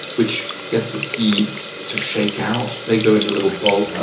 which gets the seeds to shake out. they go into a little bowl. oh.